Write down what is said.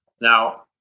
Now